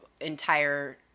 entire